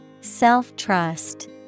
Self-trust